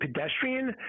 pedestrian